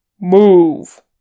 Move